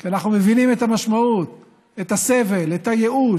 כי אנחנו מבינים את המשמעות, את הסבל, את הייאוש,